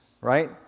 Right